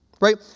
right